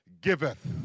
giveth